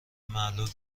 معلول